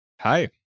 Hi